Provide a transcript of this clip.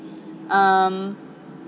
um